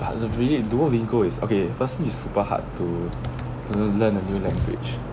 ah but really duolingo is okay firstly it's super hard to le~ learn a new language